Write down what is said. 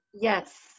Yes